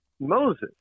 moses